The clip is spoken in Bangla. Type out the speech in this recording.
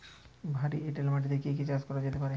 ভারী এঁটেল মাটিতে কি কি চাষ করা যেতে পারে?